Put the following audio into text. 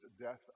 death